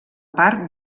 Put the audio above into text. part